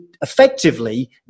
effectively